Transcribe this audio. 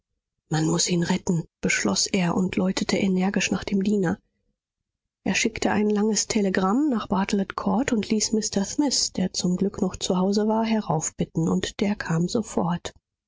man muß ihn retten beschloß er und läutete energisch nach dem diener er schickte ein langes telegramm nach bartelet court und ließ mr smith der zum glück noch zu hause war heraufbitten und der kam sofort